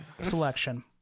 selection